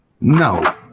No